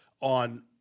on